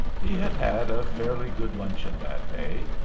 he had had a fairly good luncheon that day,